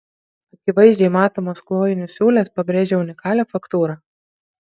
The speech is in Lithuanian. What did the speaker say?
akivaizdžiai matomos klojinių siūlės pabrėžia unikalią faktūrą